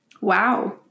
Wow